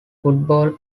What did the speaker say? football